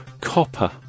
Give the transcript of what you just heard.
Copper